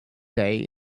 day